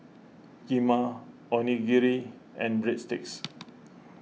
Kheema Onigiri and Breadsticks